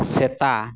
ᱥᱮᱛᱟ